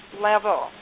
level